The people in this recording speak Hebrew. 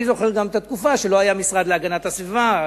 אני זוכר גם את התקופה שלא היה משרד להגנת הסביבה,